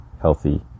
healthy